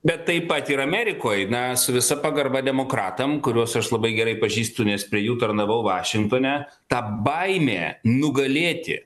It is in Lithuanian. bet taip pat ir amerikoj na su visa pagarba demokratam kuriuos aš labai gerai pažįstu nes prie jų tarnavau vašingtone tą baimė nugalėti